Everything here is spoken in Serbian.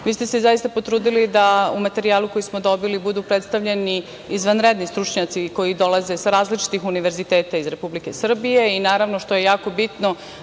vi ste se zaista potrudili da u materijalu koji ste dobili budu predstavljeni izvanredni stručnjaci koji dolaze sa različitih univerziteta iz Republike Srbije i naravno, što je jako bitno